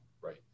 right